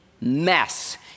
mess